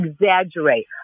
exaggerate